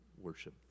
worship